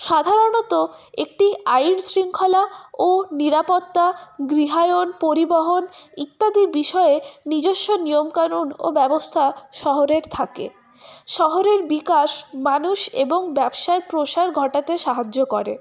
সাধারণত একটি আইন শৃঙ্খলা ও নিরাপত্তা গৃহায়ণ পরিবহন ইত্যাদি বিষয়ে নিজস্ব নিয়মকানুন ও ব্যবস্থা শহরের থাকে শহরের বিকাশ মানুষ এবং ব্যবসায়িক প্রসার ঘটাতে সাহায্য করে